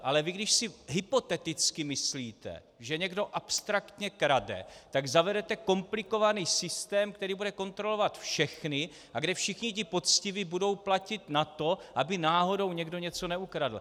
Ale vy, když si hypoteticky myslíte, že někdo abstraktně krade, tak zavedete komplikovaný systém, který bude kontrolovat všechny a kde všichni ti poctiví budou platit na to, aby náhodou někdo něco neukradl.